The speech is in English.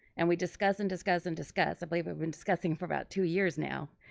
and we discuss and discuss and discuss, i believe we've been discussing for about two years now,